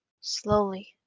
Slowly